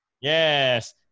Yes